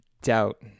doubt